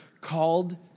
called